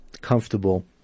comfortable